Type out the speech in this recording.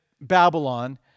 Babylon